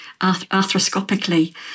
arthroscopically